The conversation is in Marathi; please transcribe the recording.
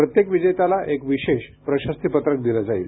प्रत्येक विजेत्याला एक विशेष प्रशस्तीपत्रक दिले जाईल